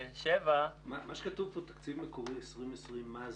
מה שכתוב פה תקציב מקורי 2020, מה זה?